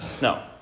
No